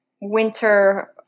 winter